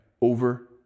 over